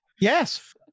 Yes